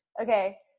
Okay